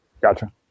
Gotcha